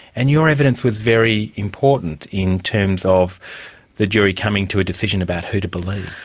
and your evidence was very important in terms of the jury coming to a decision about who to believe.